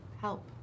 help